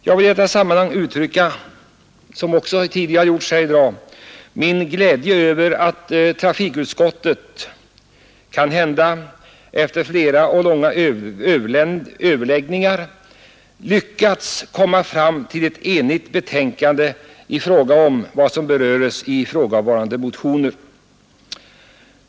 Jag vill i likhet med vad som gjorts här tidigare i dag uttrycka min glädje över att trafikutskottet — visserligen efter flera och långa överläggningar — lyckats komma fram till ett enigt betänkande i fråga om vad som beröres i de föreliggande motionerna.